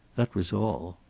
that was all.